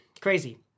crazy